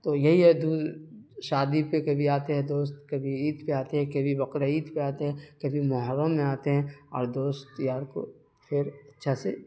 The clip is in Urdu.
تو یہی ہے دھول شادی پہ کبھی آتے ہیں دوست کبھی عید پہ آتے ہیں کبھی بقرعید پہ آتے ہیں کبھی محرم میں آتے ہیں اور دوست یار کو پھر اچھا سے